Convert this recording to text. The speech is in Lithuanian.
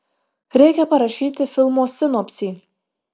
reikia parašyti filmo sinopsį